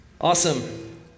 Awesome